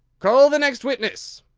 call the next witness.